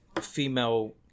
female